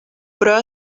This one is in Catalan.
però